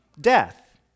death